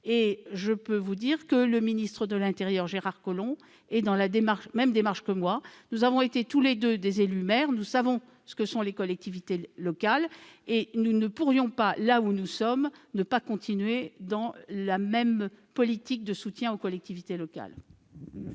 que le ministre d'État, ministre de l'intérieur, Gérard Collomb, a la même démarche que moi. Nous avons tous les deux été élu local et maire ; nous savons ce que sont les collectivités locales et nous ne pourrions pas, à notre poste, ne pas continuer la même politique de soutien aux collectivités locales.